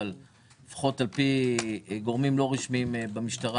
לפחות על פי גורמים לא רשמיים במשטרה